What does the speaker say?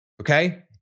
Okay